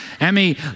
Emmy